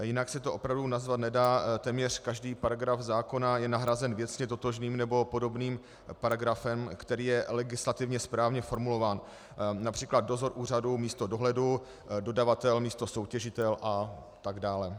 Jinak se to opravdu nazvat nedá téměř každý paragraf zákona je nahrazen věcně totožným nebo podobným paragrafem, který je legislativně správně formulován, např. dozor úřadu místo dohledu, dodavatel místo soutěžitel atd.